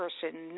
person